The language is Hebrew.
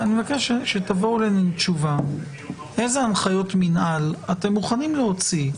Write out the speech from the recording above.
אני מבקש שתבואו אלינו עם תשובה איזה הנחיות מינהל אתם מוכנים להוציא.